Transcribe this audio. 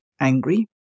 angry